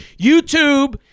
YouTube